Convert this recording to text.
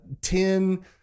Ten